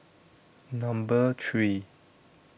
Number three